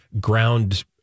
ground